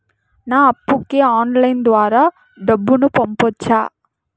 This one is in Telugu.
నా అప్పుకి ఆన్లైన్ ద్వారా డబ్బును పంపొచ్చా